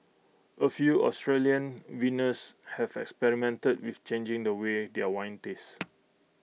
A few Australian vintners have experimented with changing the way their wines taste